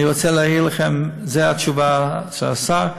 זו התשובה של השר.